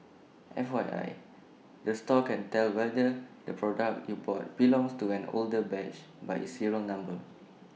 F Y I the store can tell whether the product you bought belongs to an older batch by its serial number